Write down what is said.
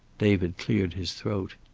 david cleared his throat.